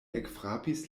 ekfrapis